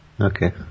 Okay